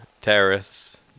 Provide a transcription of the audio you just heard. terrace